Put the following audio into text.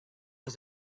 was